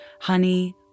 honey